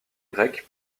grec